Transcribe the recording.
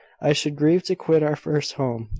i should grieve to quit our first home.